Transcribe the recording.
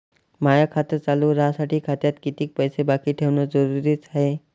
माय खातं चालू राहासाठी खात्यात कितीक पैसे बाकी ठेवणं जरुरीच हाय?